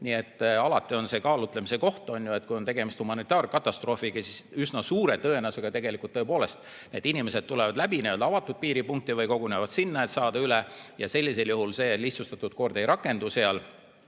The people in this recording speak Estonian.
Nii et alati on kaalutlemise koht, et kui on tegemist humanitaarkatastroofiga, siis üsna suure tõenäosusega tegelikult tõepoolest inimesed tulevad läbi avatud piiripunkti või kogunevad sinna, et saada üle piiri, ja sellisel juhul see lihtsustatud kord ei rakendu.